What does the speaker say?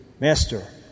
Master